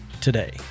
today